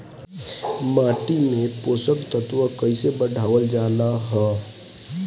माटी में पोषक तत्व कईसे बढ़ावल जाला ह?